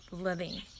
living